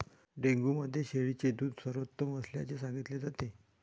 dengue मध्ये शेळीचे दूध सर्वोत्तम असल्याचे सांगितले जाते